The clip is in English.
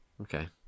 Okay